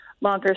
Longer